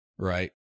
Right